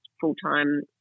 full-time